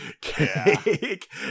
cake